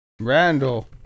Randall